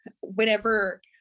whenever